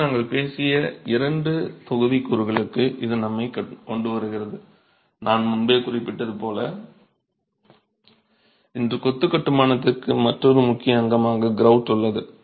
எனவே நாங்கள் பேசிய இரண்டு தொகுதிக்கூறுகளுக்கு இது நம்மைக் கொண்டுவருகிறது நான் முன்பே குறிப்பிட்டது போல் இன்று கொத்து கட்டுமானத்தின் மற்றொரு முக்கிய அங்கமாக கிரௌட் உள்ளது